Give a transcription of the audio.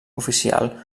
oficial